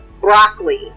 broccoli